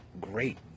great